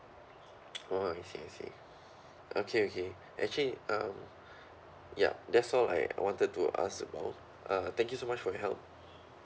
orh okay okay okay okay actually um ya that's all I wanted to ask about uh thank you so much for your help